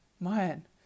Man